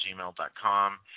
gmail.com